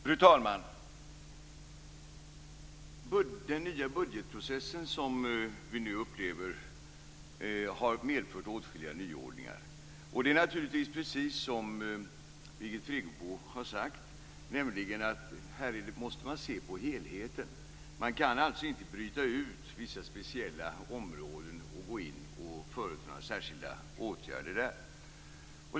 Fru talman! Den nya budgetprocessen som vi nu upplever har medfört åtskilliga nyordningar. Det är naturligtvis precis som Birgit Friggebo har sagt, nämligen att man måste se till helheten. Man kan alltså inte bryta ut vissa speciella områden och företa särskilda åtgärder där.